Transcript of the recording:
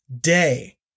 day